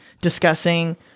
discussing